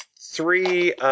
three